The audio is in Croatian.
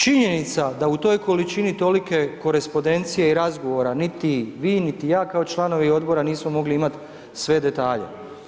Činjenica da u toj količini tolike korespondencije i razgovora niti vi, niti ja kao članovi Odbora nismo mogli imati sve detalje.